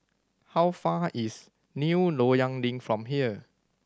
how far is New Loyang Link from here